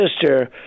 sister